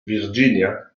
virginia